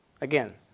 again